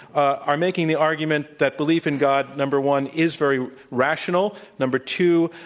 are making the argument that belief in god, number one, is very rational number two,